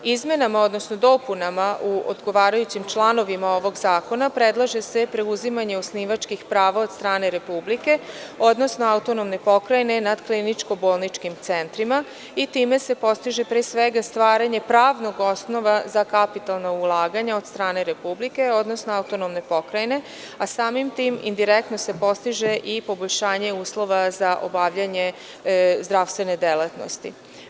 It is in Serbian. Izmenama, odnosno dopunama u odgovarajućim članovima ovog zakona predlaže se preuzimanje osnivačkih prava od strane Republike, odnosno autonomne pokrajine nad kliničko-bolničkim centrima i time se postiže pre svega stvaranje pravnog osnova za kapitalna ulaganja od strane Republike, odnosno autonomne pokrajine, a samim tim indirektno se postiže i poboljšanje uslova za obavljanje zdravstvene delatnosti.